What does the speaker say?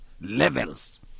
levels